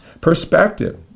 Perspective